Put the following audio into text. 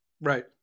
Right